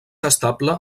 estable